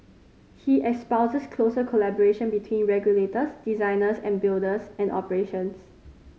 he espouses closer collaboration between regulators designers and builders and operators